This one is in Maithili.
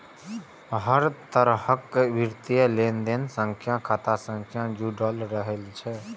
हर तरहक वित्तीय लेनदेन सं खाता संख्या जुड़ल रहै छै